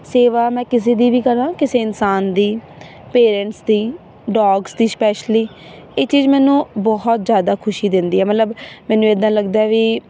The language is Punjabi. ਸੇਵਾ ਮੈਂ ਕਿਸੇ ਦੀ ਵੀ ਕਰਾਂ ਕਿਸੇ ਇਨਸਾਨ ਦੀ ਪੇਰੈਂਟਸ ਦੀ ਡੋਗਸ ਦੀ ਸਪੈਸ਼ਲੀ ਇਹ ਚੀਜ਼ ਮੈਨੂੰ ਬਹੁਤ ਜ਼ਿਆਦਾ ਖੁਸ਼ੀ ਦਿੰਦੀ ਹੈ ਮਤਲਬ ਮੈਨੂੰ ਇੱਦਾਂ ਲੱਗਦਾ ਹੈ ਵੀ